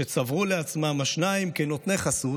שצברו לעצמם השניים כ'נותני החסות'